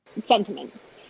sentiments